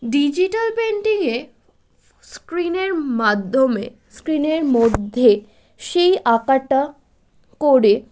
digital পেন্টিংয়ে স্ক্রিনের মাধ্যমে স্ক্রিনের মধ্যে সেই আঁকাটা করে